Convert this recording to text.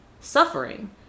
suffering